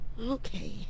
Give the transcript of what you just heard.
Okay